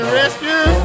rescue